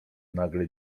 nagle